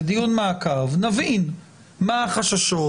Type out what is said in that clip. לדיון מעקב ונבין מה החששות,